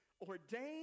ordained